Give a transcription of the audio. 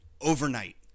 overnight